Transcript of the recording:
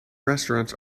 restaurants